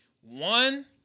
One